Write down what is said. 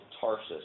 Tarsus